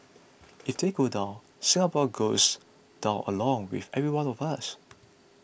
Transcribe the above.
if they go down Singapore goes down along with every one of us